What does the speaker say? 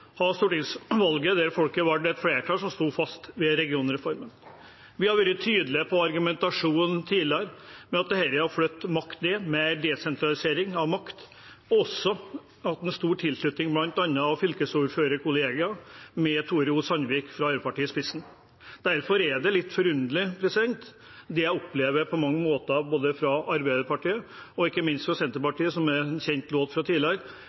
der folket valgte et flertall som sto fast ved regionreformen. Vi har vært tydelige i argumentasjonen tidligere på at dette er å flytte makt ned, mer desentralisering av makt, og det har også hatt stor tilslutning i bl.a. fylkesordførerkollegiet, med Tore O. Sandvik fra Arbeiderpartiet i spissen. Derfor er det på mange måter litt forunderlig, det jeg opplever både fra Arbeiderpartiet og ikke minst fra Senterpartiet – en kjent låt fra tidligere,